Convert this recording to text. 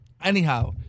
anyhow